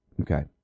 okay